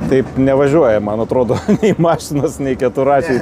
taip nevažiuoja man atrodo njei mašinos nei keturračiai